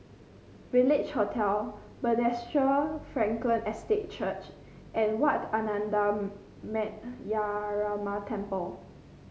Village Hotel Frankel Estate Church and Wat Ananda Metyarama Temple